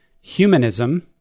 humanism